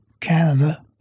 Canada